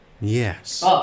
Yes